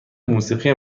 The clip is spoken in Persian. موسیقی